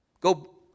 Go